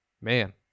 Man